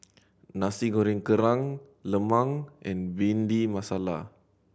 Nasi Goreng Kerang lemang and Bhindi Masala